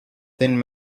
thin